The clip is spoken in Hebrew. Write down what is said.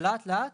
ולאט-לאט